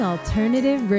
Alternative